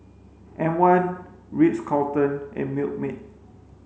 M one Ritz Carlton and Milkmaid